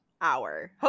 hour